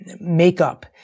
makeup